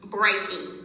breaking